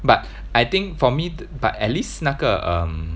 but I think for me but at least 那个 um